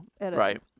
Right